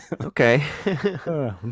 Okay